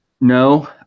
No